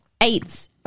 eights